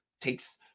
takes